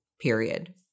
period